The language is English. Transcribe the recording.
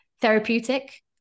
therapeutic